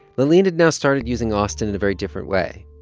laaleen had now started using austen in a very different way,